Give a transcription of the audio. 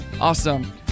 Awesome